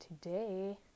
today